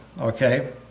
okay